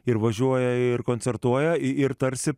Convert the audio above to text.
ir važiuoja ir koncertuoja ir tarsi